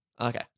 Okay